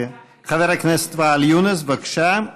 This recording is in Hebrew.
חבר הכנסת ואאל יונס, בבקשה,